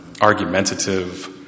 argumentative